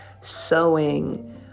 sewing